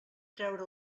treure